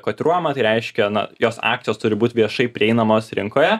kotiruojama tai reiškia na jos akcijos turi būt viešai prieinamos rinkoje